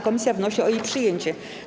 Komisja wnosi o jej przyjęcie.